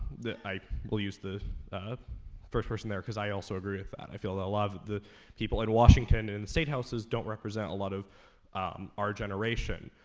i will use the first person there, cause i also agree with that. i feel that a lot of the people in washington and in the state houses don't represent a lot of our generation.